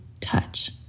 touch